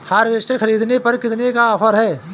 Harvester ख़रीदने पर कितनी का ऑफर है?